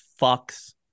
fucks